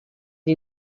gli